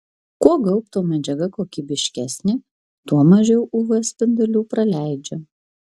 kuo gaubto medžiaga kokybiškesnė tuo mažiau uv spindulių praleidžia